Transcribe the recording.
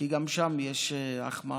כי גם שם יש החמרה.